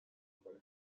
کنه